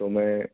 तो मैं